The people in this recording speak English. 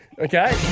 Okay